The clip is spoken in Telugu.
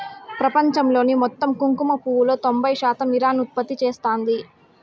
ప్రపంచంలోని మొత్తం కుంకుమ పువ్వులో తొంబై శాతం ఇరాన్ ఉత్పత్తి చేస్తాంది